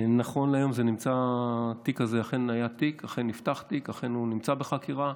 נכון להיום, אכן נפתח תיק ואכן הוא נמצא בחקירה.